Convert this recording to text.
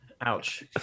Ouch